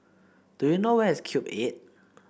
do you know where is Cube Eight